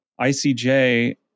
ICJ